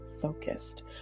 focused